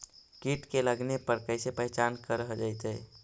कीट के लगने पर कैसे पहचान कर जयतय?